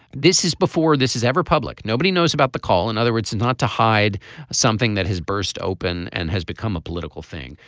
this is before this is ever public. nobody knows about the call in other words not to hide something that has burst open and has become a political thing.